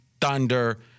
Thunder